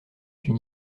une